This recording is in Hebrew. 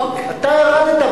אתה ירדת,